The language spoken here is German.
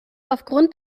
aufgrund